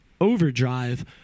overdrive